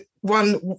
one